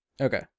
Okay